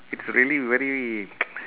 it's really very